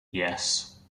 yes